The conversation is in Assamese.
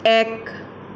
এক